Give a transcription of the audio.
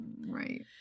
right